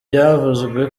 byavuzwe